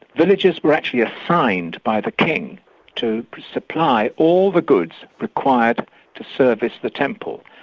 villagers were actually assigned by the king to supply all the goods required to service the temple.